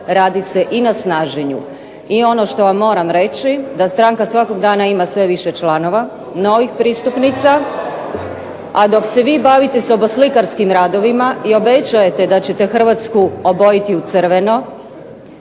radi se na snaženju. I ono što vam moram reći da stranka ima svaki dan sve više članova, novih pristupnica, a dok se vi bavite soboslikarskim radovima i obećajete da ćete Hrvatsku obojiti u crveno,